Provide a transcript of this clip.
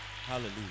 Hallelujah